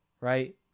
Right